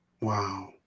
Wow